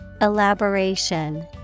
Elaboration